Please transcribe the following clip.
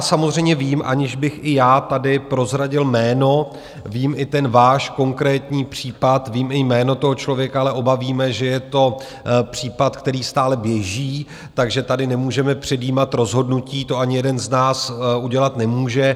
Samozřejmě vím, aniž bych i já tady prozradil jméno, vím i ten váš konkrétní případ, vím i jméno toho člověka, ale oba víme, že je to případ, který stále běží, takže tady nemůžeme předjímat rozhodnutí, to ani jeden z nás udělat nemůže.